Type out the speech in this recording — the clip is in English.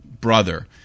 brother